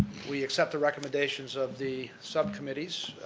we accept the recommendations of the subcommittees,